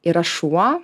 yra šuo